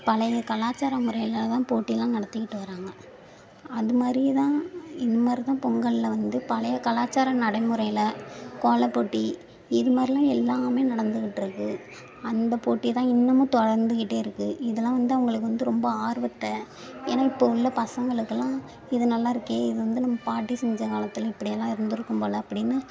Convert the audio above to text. பழைய கலாச்சார முறையில் தான் போட்டியெலாம் நடத்திக்கிட்டு வராங்க அது மாதிரி தான் இது மாதிரி தான் பொங்கலில் வந்து பழைய கலாச்சார நடைமுறையில் கோலப்போட்டி இது மாதிரிலாம் எல்லாமே நடந்துகிட்டு இருக்குது அந்த போட்டி தான் இன்னமும் தொடர்ந்துகிட்டே இருக்குது இதெலாம் வந்து அவங்களுக்கு வந்து ரொம்ப ஆர்வத்தை ஏன்னால் இப்போ உள்ள பசங்களுக்கெல்லாம் இது நல்லாயிருக்கே இது வந்து நம்ப பாட்டி செஞ்ச காலத்தில் இப்படிலாம் இருந்துருக்கும் போல் அப்படின்னு